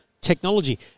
technology